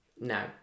No